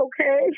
okay